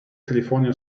california